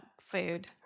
food